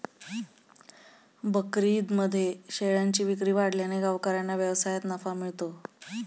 बकरीदमध्ये शेळ्यांची विक्री वाढल्याने गावकऱ्यांना व्यवसायात नफा मिळतो